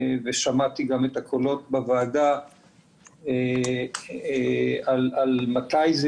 ושמעתי גם את הקולות בוועדה על מתי זה